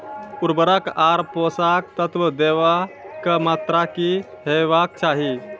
उर्वरक आर पोसक तत्व देवाक मात्राकी हेवाक चाही?